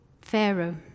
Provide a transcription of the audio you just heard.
Pharaoh